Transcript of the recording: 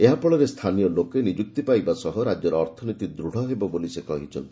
ଏହା ଫଳରେ ସ୍ଥାନୀୟ ଲୋକେ ନିଯୁକ୍ତି ପାଇବା ସହ ରାଜ୍ୟର ଅର୍ଥନୀତି ଦୂଢ଼ ହେବ ବୋଲି ସେ କହିଛନ୍ତି